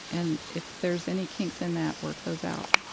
and if there's any kinks in that, work those out.